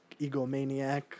egomaniac